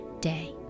day